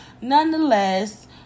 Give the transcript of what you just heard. Nonetheless